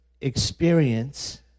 experience